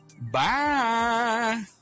bye